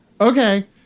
okay